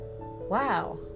wow